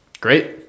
Great